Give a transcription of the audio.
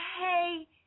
hey